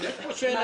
שאלה.